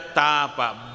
tapa